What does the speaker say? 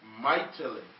mightily